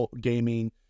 gaming